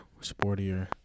sportier